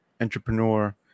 entrepreneur